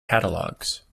catalogs